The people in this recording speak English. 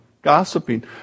gossiping